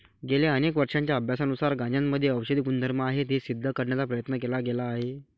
गेल्या अनेक वर्षांच्या अभ्यासानुसार गांजामध्ये औषधी गुणधर्म आहेत हे सिद्ध करण्याचा प्रयत्न केला गेला आहे